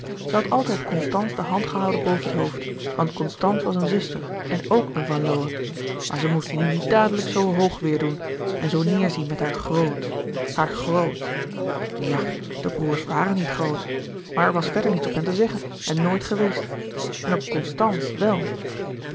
had altijd constance de hand gehouden boven het hoofd want constance was een zuster en ok een van lowe maar ze moest nu niet dadelijk zoo hoog weêr doen en zoo neêrzien met haar grot haar grot nu ja de broêrs waren niet groot maar er was verder niets op hen te zeggen en nooit geweest en op constance wèl